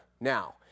now